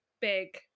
big